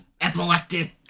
epileptic